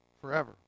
Forever